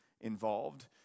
involved